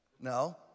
No